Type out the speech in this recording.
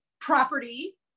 property